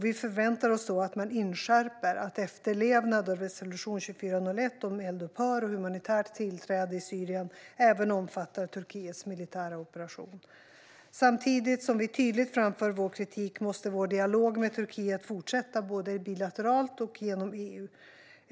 Vi förväntar oss då att man inskärper att efterlevnad av resolution 2401 om eldupphör och humanitärt tillträde i Syrien även omfattar Turkiets militära operation. Samtidigt som vi tydligt framför vår kritik måste vår dialog med Turkiet fortsätta, både bilateralt och genom EU.